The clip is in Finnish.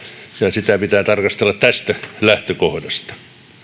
sitä pitää tarkastella tästä lähtökohdasta